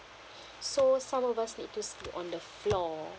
so some of us need to sleep on the floor